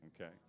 Okay